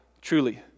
truly